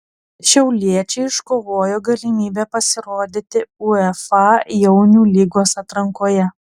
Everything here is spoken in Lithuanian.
šiauliečiai iškovojo galimybę pasirodyti uefa jaunių lygos atrankoje